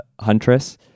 Huntress